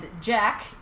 Jack